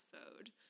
episode